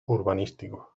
urbanístico